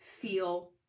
feel